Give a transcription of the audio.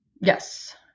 Yes